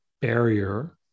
barrier